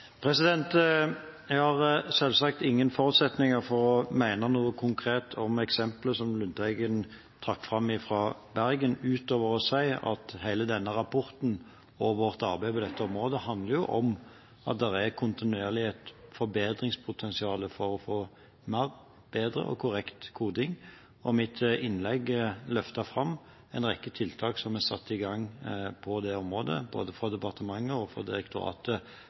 har selvsagt ingen forutsetninger for å mene noe konkret om eksempelet Lundteigen trakk fram fra Bergen, ut over å si at hele denne rapporten og vårt arbeid på dette området handler om at det kontinuerlig er et forbedringspotensial for å få mer, bedre og korrekt koding. Mitt innlegg løftet fram en rekke tiltak som er satt i gang på det området, både fra departementet og fra Direktoratet